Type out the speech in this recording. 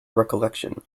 recollection